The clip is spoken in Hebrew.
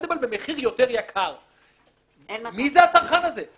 הוא מסכים לאיזו שהיא נוסחה אחרת שלכאורה אמורה להיטיב.